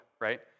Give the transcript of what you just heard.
right